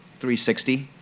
360